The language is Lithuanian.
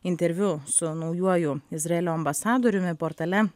interviu su naujuoju izraelio ambasadoriumi portale